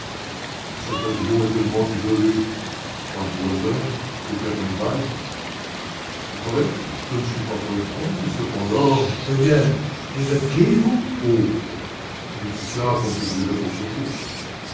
ce pavillon est tellement isolé pas de voisins des terrains vagues vrai je ne suis pas poltron et cependant eh bien vous êtes gai vous oh je dis cela comme je dirais autre chose